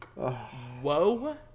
Whoa